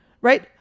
right